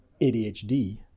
adhd